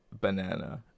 banana